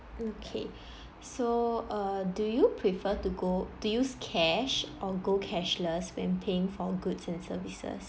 okay so err do you prefer to go to use cash or go cashless when paying for goods and services